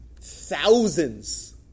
thousands